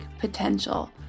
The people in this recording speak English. potential